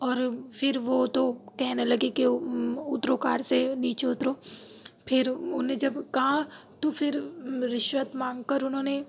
اور پھر وہ تو کہنے لگے کہ اترو کار سے نیچے اترو پھر انہیں جب کہا تو پھر رشوت مانگ کر انہوں نے